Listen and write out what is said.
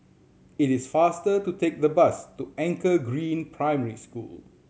it is faster to take the bus to Anchor Green Primary School